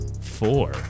four